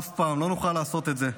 אף פעם לא נוכל לעשות את זה.